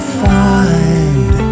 find